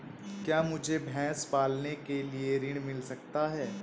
क्या मुझे भैंस पालने के लिए ऋण मिल सकता है?